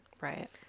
Right